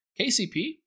KCP